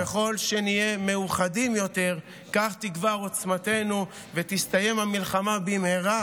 ככל שנהיה מאוחדים יותר כך תגבר עוצמתנו ותסתיים המלחמה במהרה,